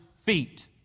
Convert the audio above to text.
feet